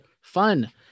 fun